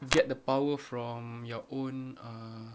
get the power from your own uh